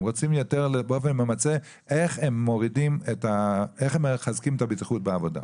הם רוצים יותר לבוא ולמצות איך הם מחזקים את הבטיחות בעבודה.